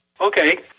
Okay